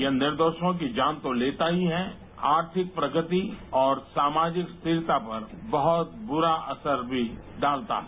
यह निर्दोषों की जान तो लेता ही है आर्थिक प्रगति और सामाजिक स्थिरता पर बहुत बुरा असर भी डालता है